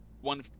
one